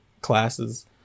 classes